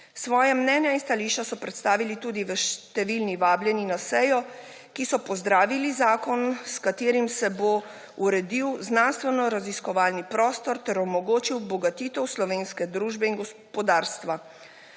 Svoja mnenja in stališča so predstavili tudi številni vabljeni na sejo, ki so pozdravili zakon, s katerim se bo uredil znanstvenoraziskovalni prostor ter omogočila obogatitev slovenske družbe in gospodarstva.